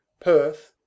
Perth